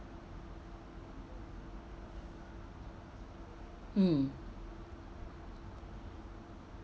mm